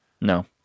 no